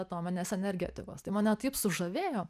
atominės energetikos tai mane taip sužavėjo